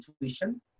intuition